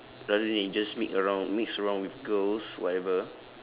rather than you just mi~ around mix around with girls whatever